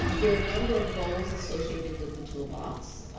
there are a number of goals associated with the toolbox.